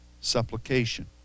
supplication